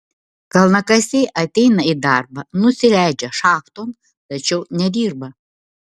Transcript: kalnakasiai ateina į darbą nusileidžia šachton tačiau nedirba